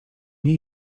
nie